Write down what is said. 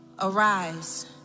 arise